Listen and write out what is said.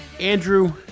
Andrew